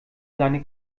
seine